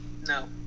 No